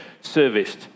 serviced